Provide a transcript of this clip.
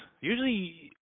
Usually